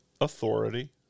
authority